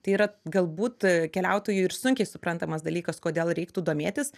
tai yra galbūt keliautojui ir sunkiai suprantamas dalykas kodėl reiktų domėtis